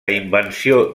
invenció